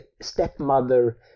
stepmother